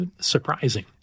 surprising